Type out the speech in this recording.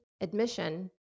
admission